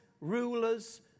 rulers